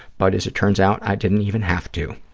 but as it turns out, i didn't even have to.